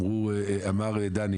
אמר דני